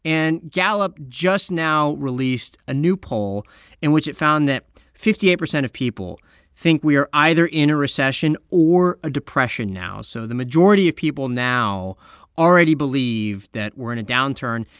and gallup just now released a new poll in which it found that fifty eight percent of people think we are either in a recession or a depression now. so the majority of people now already believe that we're in a downturn,